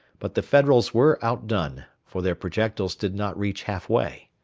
but the federals were outdone, for their projectiles did not reach half-way.